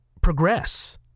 progress